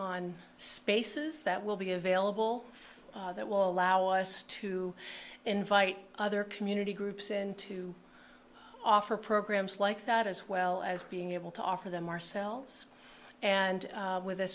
on spaces that will be available that will allow us to invite other community groups and to offer programs like that as well as being able to offer them ourselves and with a